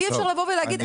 אי אפשר לבוא ולהגיד,